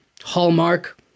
Hallmark